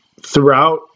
Throughout